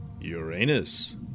Uranus